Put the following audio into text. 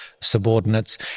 subordinates